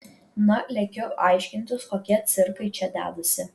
na lekiu aiškintis kokie cirkai čia dedasi